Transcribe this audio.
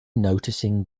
noticing